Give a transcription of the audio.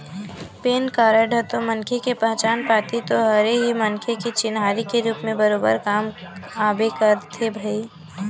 PAN card ह तो मनखे के पहचान पाती तो हरे ही मनखे के चिन्हारी के रुप म बरोबर काम आबे करथे भई